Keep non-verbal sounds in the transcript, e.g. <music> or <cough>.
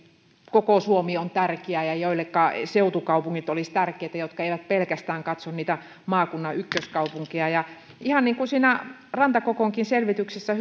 koko suomi on tärkeä ja joille seutukaupungit olisivat tärkeitä ja jotka eivät katso pelkästään niitä maakunnan ykköskaupunkeja ihan niin kuin siinä rantakokonkin selvityksessä <unintelligible>